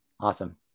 Awesome